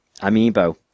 Amiibo